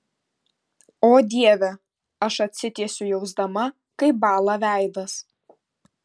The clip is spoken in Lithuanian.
o dieve aš atsitiesiu jausdama kaip bąla veidas